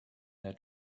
their